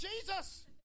Jesus